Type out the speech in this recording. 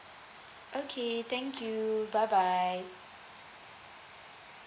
okay thank you bye bye